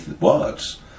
words